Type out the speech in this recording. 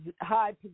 high